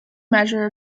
measure